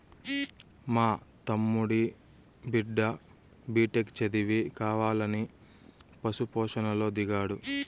మా తమ్ముడి బిడ్డ బిటెక్ చదివి కావాలని పశు పోషణలో దిగాడు